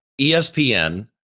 ESPN